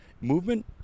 movement